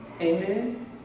Amen